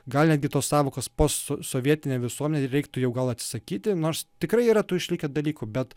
gal netgi tos sąvokos postsovietinė visuomenė reiktų jau gal atsisakyti nors tikrai yra tų išlikę dalykų bet